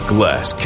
Glass